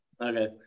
okay